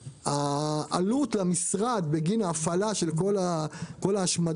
עלות המשרד בגין ההפעלה של כל ההשמדות